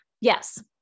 yes